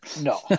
No